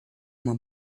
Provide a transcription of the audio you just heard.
uma